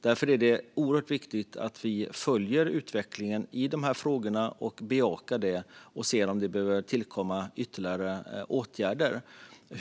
Därför är det viktigt att vi följer utvecklingen i dessa frågor, bejakar den och ser om det behövs ytterligare åtgärder.